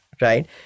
Right